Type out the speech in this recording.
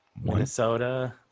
Minnesota